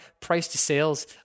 price-to-sales